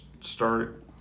start